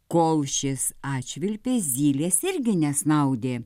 kol šis atšvilpė zylės irgi nesnaudė